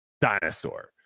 dinosaur